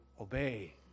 Obey